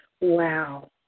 Wow